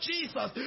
Jesus